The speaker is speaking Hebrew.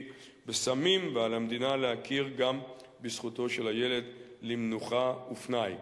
בסמים ועל המדינה להכיר גם בזכותו של הילד למנוחה ופנאי.